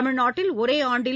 தமிழ்நாட்டில் ஒரே ஆண்டில்